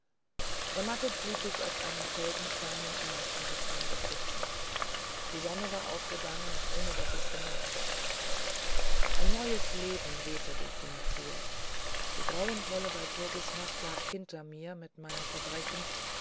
ermattet blieb ich auf einem felsenstein im innersten des waldes sitzen die sonne war aufgegangen ohne daß ich's bemerkt hatte ein neues leben wehete durch die natur die grausenvolle walpurgisnacht lag hinter mir mit meinen verbrechen